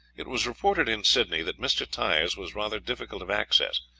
it was reported in sydney that mr. tyers was rather difficult of access,